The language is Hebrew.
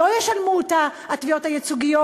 לא ישלמו אותה התביעות הייצוגיות,